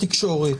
את התקשורת.